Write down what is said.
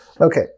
Okay